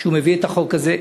על כך שהוא מביא את החוק הזה.